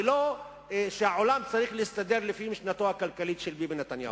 ולא שהעולם צריך להסתדר לפי משנתו הכלכלית של ביבי נתניהו.